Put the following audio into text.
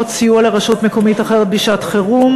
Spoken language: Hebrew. (סיוע לרשות מקומית אחרת בשעת-חירום)